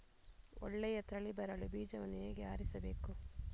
ಒಳ್ಳೆಯ ತಳಿ ಬರಲು ಬೀಜವನ್ನು ಹೇಗೆ ಆರಿಸಬೇಕು?